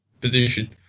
position